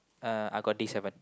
uh I got D seven